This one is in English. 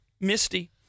misty